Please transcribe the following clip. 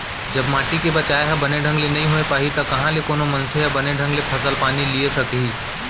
जब माटी के बचाय ह बने ढंग ले नइ होय पाही त कहॉं ले कोनो मनसे ह बने ढंग ले फसल पानी लिये सकही